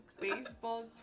baseball